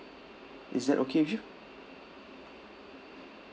is that okay with you